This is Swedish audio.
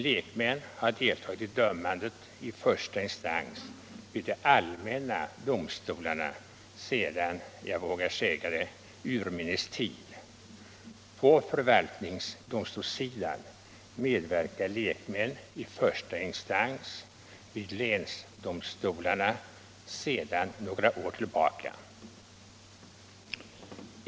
Lekmän har deltagit i dömandet i första instans vid de allmänna domstolarna sedan — jag vågar säga det — urminnes tid. På förvaltningsdomstolssidan medverkar lekmän i första instans vid länsdomstolarna sedan några år tillbaka.